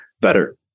better